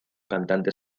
cantante